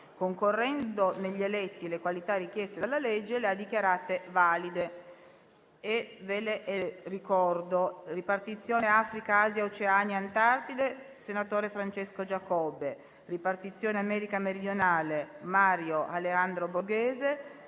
concorrendo negli eletti le qualità richieste dalla legge, le ha dichiarate valide. Ve le ricordo: ripartizione Africa, Asia, Oceania e Antartide, senatore Francesco Giacobbe; ripartizione America meridionale, Mario Alejandro Borghese;